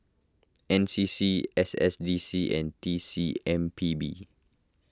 N C C S S D C and T C M P B